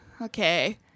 Okay